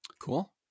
Cool